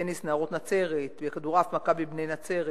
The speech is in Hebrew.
בטניס "נערות נצרת", בכדורעף "מכבי בני-נצרת".